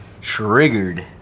triggered